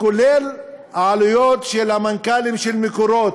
כולל העלויות של המנכ"לים של "מקורות"